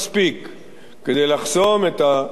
כדי לחסום את הזרם הזה,